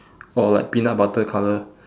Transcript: or like peanut butter colour